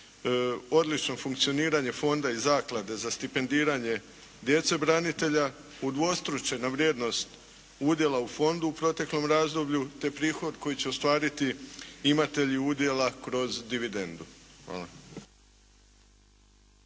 odlično funkcioniranje Fonda i Zaklade za stipendiranje djece branitelja udvostruče na vrijednost udjela u Fondu u proteklom razdoblju, te prihod koji će ostvariti imatelji udjela kroz dividendu. Hvala.